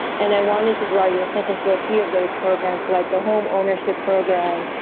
and i wanted to draw your attention to a few of those programs like the homeownership program,